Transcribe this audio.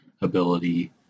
ability